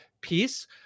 piece